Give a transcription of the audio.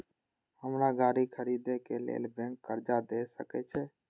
हमरा गाड़ी खरदे के लेल बैंक कर्जा देय सके छे?